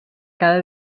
cada